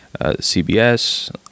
CBS